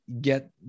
get